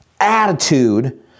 attitude